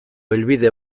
helbide